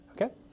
Okay